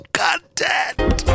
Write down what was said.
content